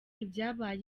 ibyabaye